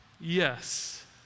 Yes